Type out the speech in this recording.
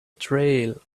trail